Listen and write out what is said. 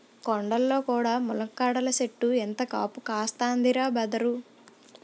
కొండల్లో కూడా ములక్కాడల సెట్టు ఎంత కాపు కాస్తందిరా బదరూ